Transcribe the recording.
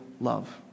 love